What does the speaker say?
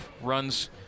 runs